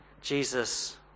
Jesus